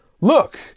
Look